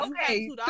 Okay